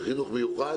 צוותים פרא-רפואיים,